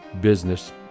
business